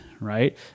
right